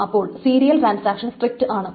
അപ്പോൾ serial transaction strict ആണ്